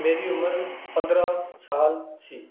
ਮੇਰੀ ਉਮਰ ਪੰਦਰਾਂ ਸਾਲ ਸੀ